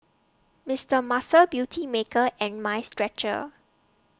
Mister Muscle Beautymaker and Mind Stretcher